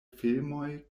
filmoj